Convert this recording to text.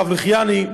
הרב לחיאני,